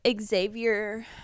Xavier